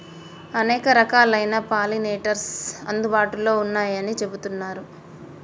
అనేక రకాలైన పాలినేటర్స్ అందుబాటులో ఉన్నయ్యని చెబుతున్నరు